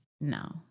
No